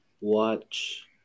watch